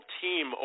team